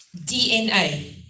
DNA